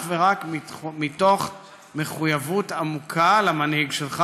ורק מתוך מחויבות עמוקה למנהיג שלך.